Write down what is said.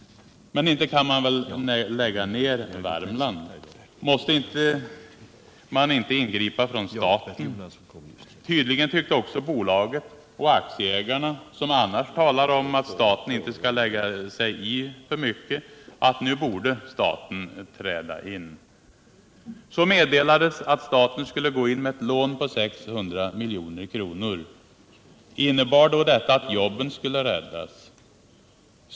Men inte kan man väl lägga ner Värmland? Måste man inte ingripa från staten? Tydligen tyckte också bolaget och aktieägarna — som annars talar om att staten inte skall lägga sig i för mycket — att nu borde staten träda in. Så meddelades att staten skulle gå in med ett lån på 600 milj.kr. Innebar då detta att jobben skulle räddas?